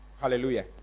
Hallelujah